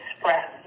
express